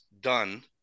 done